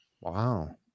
Wow